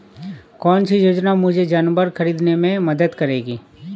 कौन सी योजना मुझे जानवर ख़रीदने में मदद करेगी?